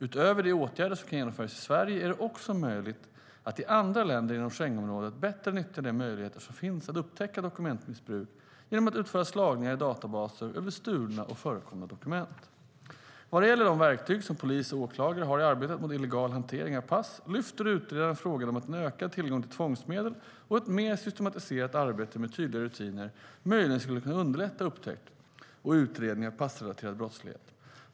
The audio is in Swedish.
Utöver de åtgärder som kan genomföras i Sverige är det också möjligt att i andra länder inom Schengenområdet bättre nyttja de möjligheter som finns att upptäcka dokumentmissbruk genom att utföra slagningar i databaser över stulna och förkomna dokument. Vad gäller de verktyg som polis och åklagare har i arbetet mot illegal hantering av pass lyfter utredaren frågan om att en ökad tillgång till tvångsmedel och ett mer systematiserat arbete med tydliga rutiner möjligen skulle kunna underlätta upptäckt och utredning av passrelaterad brottslighet.